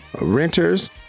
renters